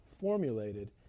formulated